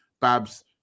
babs